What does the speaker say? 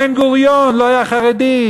בן-גוריון לא היה חרדי,